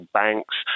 banks